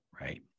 Right